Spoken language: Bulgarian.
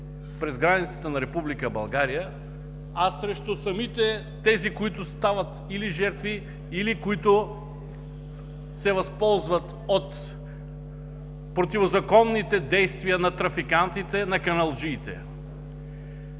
през границата на Република България, а срещу самите тези, които стават или жертви, или които се възползват от противозаконните действия на трафикантите, на каналджиите.